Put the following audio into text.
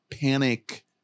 panic